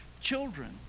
Children